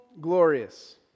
glorious